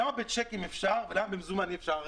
למה בצ'קים כן אפשר אבל במזומן אי אפשר?